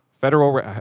federal